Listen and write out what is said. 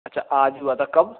अच्छा आज ही हुआ था कब